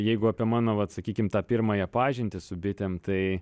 jeigu apie mano vat sakykim tą pirmąją pažintį su bitėm tai